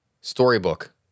storybook